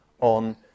on